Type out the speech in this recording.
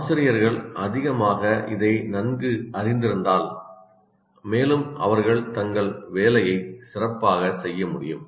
ஆசிரியர்கள் அதிகமாக இதை நன்கு அறிந்திருந்தால் மேலும் அவர்கள் தங்கள் வேலையை சிறப்பாக செய்ய முடியும்